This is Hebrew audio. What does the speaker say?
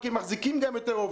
כי הם מחזיקים יותר עובדים.